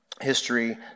history